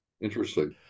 Interesting